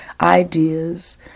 ideas